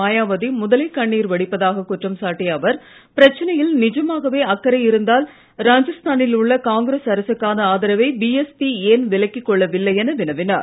மாயாவதி முதலைக் கண்ணீர் வடிப்பதாகக் குற்றம் சாட்டிய அவர் பிரச்சனையில் நிஜமாகவே அக்கறை இருந்தால் ராஜஸ்தா னில் உள்ள காங்கிரஸ் அரசுக்கான ஆதரவை பிஎஸ்பி ஏன் விலக்கிக் கொள்ளவில்லை என வினவினார்